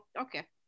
Okay